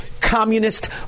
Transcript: communist